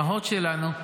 האימהות שלנו,